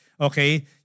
okay